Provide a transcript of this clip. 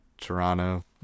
Toronto